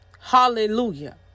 Hallelujah